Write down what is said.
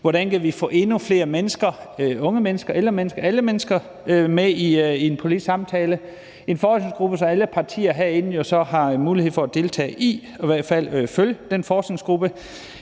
ældre mennesker, alle mennesker – med i en politisk samtale? Det er en forskningsgruppe, som alle partier herinde jo så har mulighed for at deltage i, i hvert fald for at følge den forskningsgruppe.